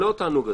לא תענוג גדול.